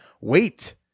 Wait